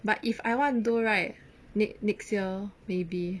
but if I want to do right need next year maybe